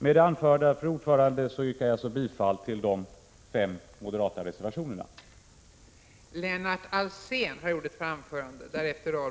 Med det anförda, fru talman, yrkar jag bifall till de fem reservationer där moderaterna finns med.